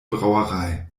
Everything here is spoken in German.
brauerei